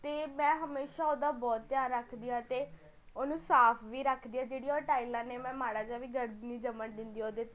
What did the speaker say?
ਅਤੇ ਮੈਂ ਹਮੇਸ਼ਾਂ ਉਹਦਾ ਬਹੁਤ ਧਿਆਨ ਰੱਖਦੀ ਹਾਂ ਅਤੇ ਉਹਨੂੰ ਸਾਫ ਵੀ ਰੱਖਦੀ ਹਾਂ ਜਿਹੜੀਆਂ ਉਹ ਟਾਈਲਾਂ ਨੇ ਮੈਂ ਮਾੜਾ ਜਾ ਵੀ ਗੰਦ ਨਹੀਂ ਜੰਮਣ ਦਿੰਦੀ ਉਹਦੇ